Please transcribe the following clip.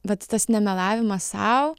vat tas nemelavimas sau